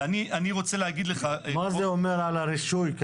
אני רוצה לדייק את מה שתומר אמר.